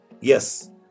Yes